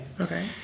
okay